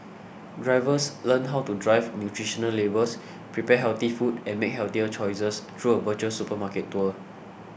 drivers learn how to drive nutritional labels prepare healthy food and make healthier choices through a virtual supermarket tour